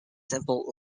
simple